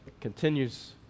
continues